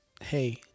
hey